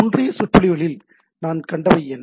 முந்தைய சொற்பொழிவுகளில் நாம் கண்டவை என்ன